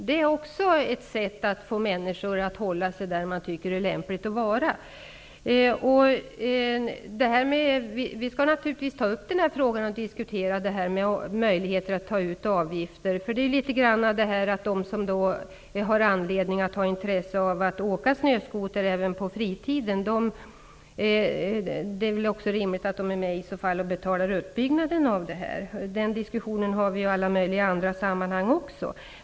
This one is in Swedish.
Det är också ett sätt att få människor att hålla sig där man tycker att det är lämpligt att vara. Vi skall naturligtvis diskutera möjligheterna att ta ut avgifter. Det är väl rimligt att de som har intresse av att åka snöskoter även på fritiden är med och betalar uppbyggnaden av skoterlederna. Den diskussionen för vi ju i alla andra sammanhang också.